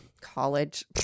college